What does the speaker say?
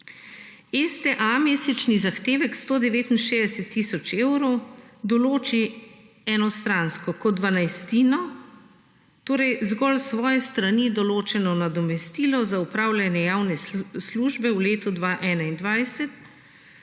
STA mesečni zahteve 169 tisoč evrov določi enostransko kot dvanajstino torej zgolj s svoje strani določeno nadomestilo za upravljanje javne službe v letu 2021,